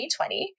2020